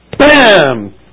BAM